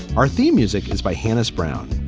our theme music is by hannis brown.